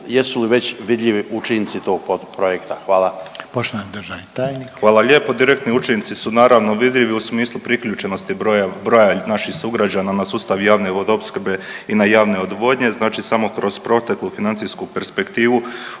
jesu li već vidljivi učinci tog projekta? Hvala. **Reiner,